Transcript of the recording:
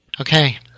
Okay